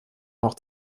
noch